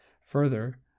Further